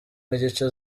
n’igice